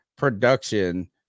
production